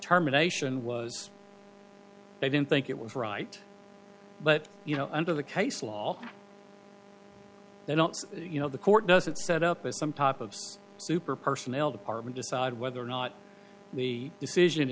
terminations was they didn't think it was right but you know under the case law they don't you know the court doesn't set up a some top of super personnel department decide whether or not the decision